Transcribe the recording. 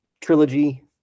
trilogy